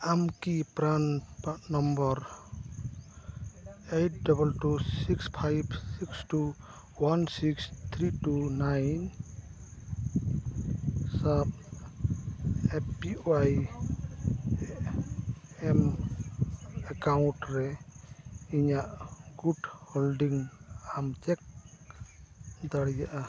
ᱟᱢ ᱠᱤ PRAN part number eight double two six five six two one six three two nine ᱥᱟᱶ A P Y M account ᱨᱮ ᱤᱧᱟᱹᱜ ᱜᱩᱴ holding ᱟᱢ ᱪᱮᱠ ᱫᱟᱲᱮᱭᱟᱜᱼᱟ